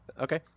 Okay